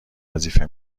وظیفه